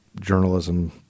journalism